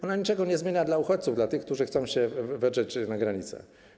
Ona niczego nie zmienia dla uchodźców, dla tych, którzy chcą się wedrzeć na granicę.